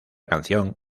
canción